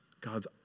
God's